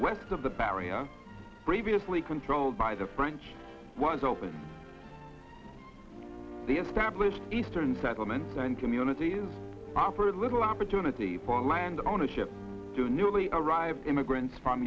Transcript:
west of the barrier previously controlled by the french was open the established eastern settlements and communities proper little opportunity for land ownership to newly arrived immigrants from